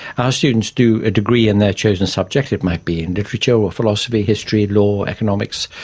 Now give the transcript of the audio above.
our students do a degree in their chosen subject, it might be in literature or philosophy, history, law, economics,